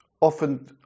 often